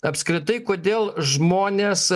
apskritai kodėl žmonės